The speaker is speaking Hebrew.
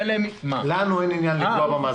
לנו אין עניין לפגוע במעסיקים.